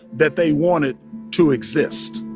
that they wanted to exist